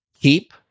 keep